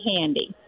handy